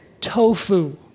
tofu